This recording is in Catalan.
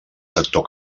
sector